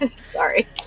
sorry